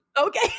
Okay